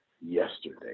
yesterday